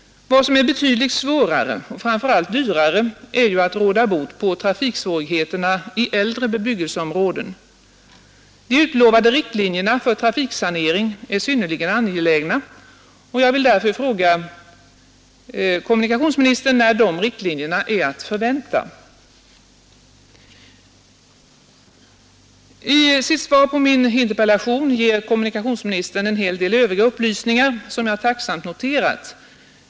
Vad som är betydligt svårare och framför allt dyrare är ju att råda bot på trafiksvårigheterna i äldre bebyggelseområden. De utlovade riktlinjerna för trafiksanering är synnerligen angelägna, och jag vill därför fråga kommunikationsministern när de riktlinjerna är att förvänta. I sitt svar på min interpellation ger kommunikationsministern en hel del övriga upplysningar, som jag tacksamt noterat.